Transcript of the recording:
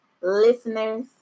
listeners